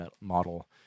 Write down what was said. model